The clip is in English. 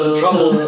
trouble